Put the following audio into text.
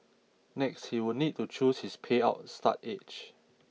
next he would need to choose his payout start age